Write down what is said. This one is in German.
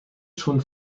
schon